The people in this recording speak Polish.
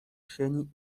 sieni